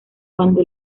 cuando